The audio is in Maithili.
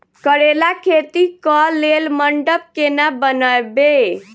करेला खेती कऽ लेल मंडप केना बनैबे?